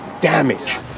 damage